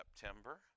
September